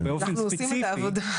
אבל באופן ספציפי.